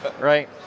Right